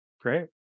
great